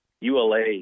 ULA